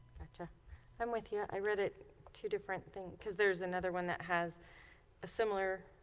gotcha i'm with you i read it too different thing because there's another one that has a similar